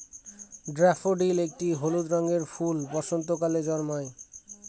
daffodil একটি হলুদ রঙের ফুল বসন্তকালে জন্মায়